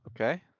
Okay